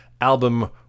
album